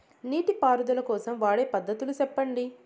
నీటి పారుదల కోసం వాడే పద్ధతులు సెప్పండి?